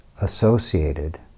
associated